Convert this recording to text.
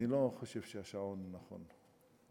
אני לא חושב שהשעון נכון.